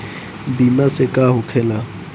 बीमा से का होखेला?